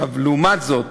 לעומת זאת,